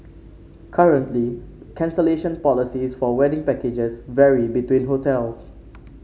currently cancellation policies for wedding packages vary between hotels